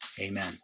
Amen